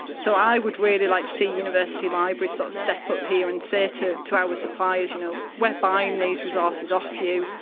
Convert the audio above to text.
so, i would really like to see university libraries sort of step up here and say to to our suppliers, you know, we're buying these resources off you,